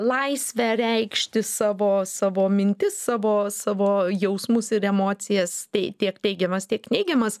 laisvę reikšti savo savo mintis savo savo jausmus ir emocijas tai tiek teigiamas tiek neigiamas